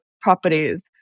properties